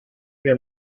mir